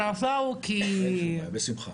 כי -- בשמחה.